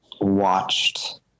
watched